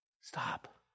stop